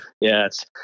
Yes